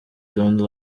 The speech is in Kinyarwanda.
don’t